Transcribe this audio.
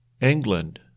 England